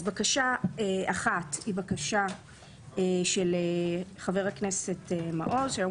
בקשה אחת היא בקשה של חבר הכנסת מעוז שהיום